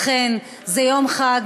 אכן, זה יום חג,